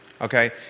Okay